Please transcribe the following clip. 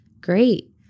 great